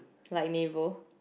like naval